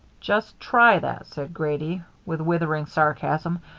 just try that, said grady, with withering sarcasm.